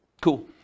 cool